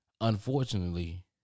unfortunately